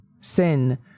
sin